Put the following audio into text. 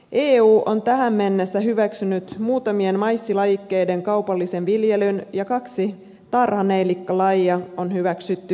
eu on tähän mennessä hyväksynyt muutamien maissilajikkeiden kaupallisen viljelyn ja kaksi puutarhaneilikkalajia on hyväksytty viljeltäviksi